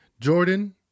Jordan